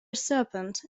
serpent